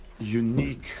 unique